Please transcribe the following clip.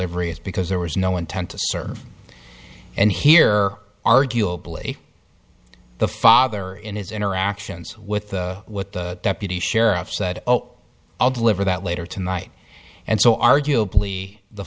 delivery is because there was no intent to serve and here arguably the father in his interactions with what the deputy sheriff said oh i'll deliver that later tonight and so arguably the